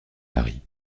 maris